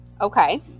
Okay